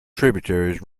tributaries